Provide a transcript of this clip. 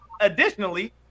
additionally